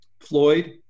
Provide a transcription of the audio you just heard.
Floyd